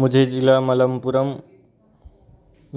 मुझे जिला मलमपुरम